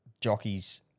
jockeys